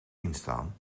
instaan